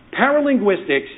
Paralinguistics